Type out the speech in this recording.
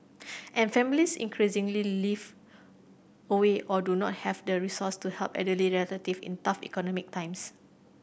and families increasingly live away or do not have the resource to help elderly relative in tough economic times